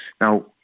Now